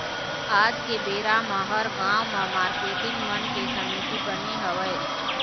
आज के बेरा म हर गाँव म मारकेटिंग मन के समिति बने हवय